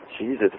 Jesus